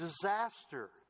disaster